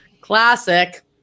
classic